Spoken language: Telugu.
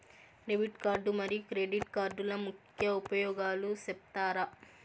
డెబిట్ కార్డు మరియు క్రెడిట్ కార్డుల ముఖ్య ఉపయోగాలు సెప్తారా?